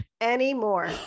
anymore